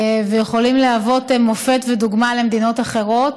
ויכולים להוות מופת ודוגמה למדינות אחרות.